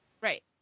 Right